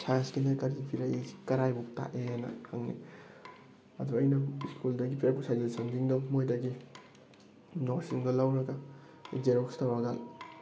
ꯁꯥꯏꯟꯁꯇꯅ ꯀꯥꯔꯤ ꯄꯤꯔꯛꯏ ꯀꯔꯥꯏꯐꯥꯎ ꯇꯥꯛꯑꯦꯅ ꯍꯪꯉꯦ ꯑꯗꯣ ꯑꯩꯅ ꯁ꯭ꯀꯨꯜꯗꯒꯤ ꯄꯤꯔꯛꯄ ꯁꯖꯦꯁꯟ ꯁꯤꯡꯗꯣ ꯃꯣꯏꯗꯒꯤ ꯅꯣꯠꯁ ꯁꯤꯡꯗꯣ ꯂꯧꯔꯒ ꯖꯦꯔꯣꯛꯁ ꯇꯧꯔꯒ